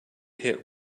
hit